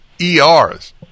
ERs